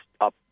up